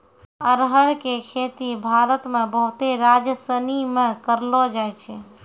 अरहर के खेती भारत मे बहुते राज्यसनी मे करलो जाय छै